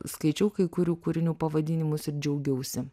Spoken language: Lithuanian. skaičiau kai kurių kūrinių pavadinimus ir džiaugiausi